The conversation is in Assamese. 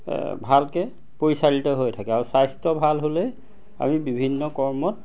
ভালকে পৰিচালিত হৈ থাকে আৰু স্বাস্থ্য ভাল হ'লে আমি বিভিন্ন কৰ্মত